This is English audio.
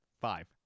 Five